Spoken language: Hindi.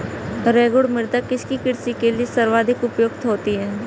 रेगुड़ मृदा किसकी कृषि के लिए सर्वाधिक उपयुक्त होती है?